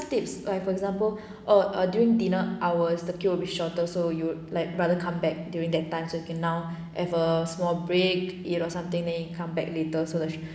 tips like for example oh err during dinner hours the queue will be shorter so you'd like rather come back during that time so can now have a small break eat or something then you come back later so that